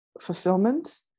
fulfillment